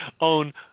own